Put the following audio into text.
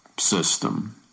System